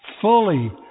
fully